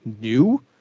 new